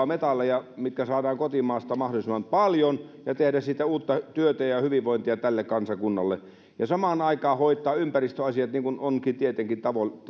metalleja joita saadaan kotimaasta mahdollisimman paljon ja tehdä siitä uutta työtä ja hyvinvointia tälle kansakunnalle ja samaan aikaan hoitaa ympäristöasiat niin kuin onkin tietenkin